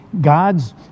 God's